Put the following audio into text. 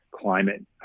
climate